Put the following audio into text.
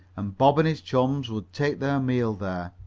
and bob and his chums would take their meals there.